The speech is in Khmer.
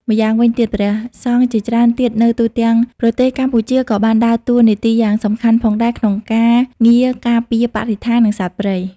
ម្យ៉ាងវិញទៀត ព្រះសង្ឃជាច្រើនទៀតនៅទូទាំងប្រទេសកម្ពុជាក៏បានដើរតួនាទីយ៉ាងសំខាន់ផងដែរ ក្នុងការងារការពារបរិស្ថាន និងសត្វព្រៃ។